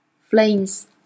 flames